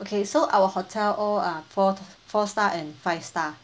okay so our hotel all are fourth four star and five star